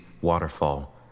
waterfall